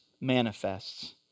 manifests